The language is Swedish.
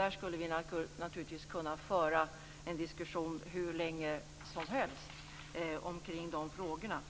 Där skulle vi naturligtvis kunna föra en diskussion hur länge som helst omkring de frågorna.